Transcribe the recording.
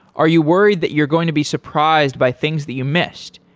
are you worried that you're going to be surprised by things that you missed,